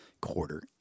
quarter